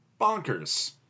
bonkers